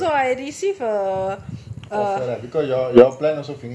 orh no ya lah you make me spend three hundred dollars and then you just